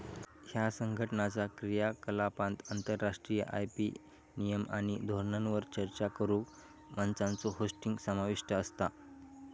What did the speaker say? ह्या संघटनाचा क्रियाकलापांत आंतरराष्ट्रीय आय.पी नियम आणि धोरणांवर चर्चा करुक मंचांचो होस्टिंग समाविष्ट असता